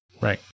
Right